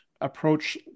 approach